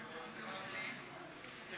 חברות וחברי הכנסת, חבר הכנסת לוי,